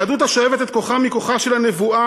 יהדות השואבת את כוחה מכוחה של הנבואה